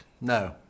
No